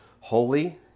holy